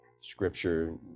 Scripture